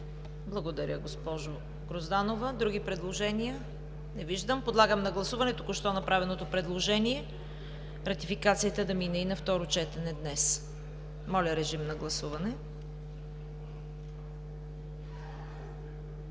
Благодаря, госпожо Грозданова. Други предложения? Не виждам. Подлагам на гласуване току-що направеното предложение ратификацията да мине и на второ четене днес. Гласували